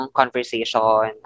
conversation